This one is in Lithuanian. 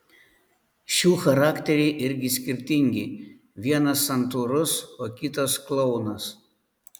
šių charakteriai irgi skirtingi vienas santūrus o kitas klounas